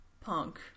punk